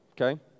okay